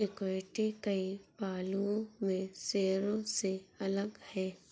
equity कई पहलुओं में शेयरों से अलग है